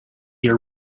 your